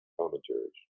commentaries